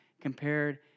compared